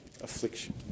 affliction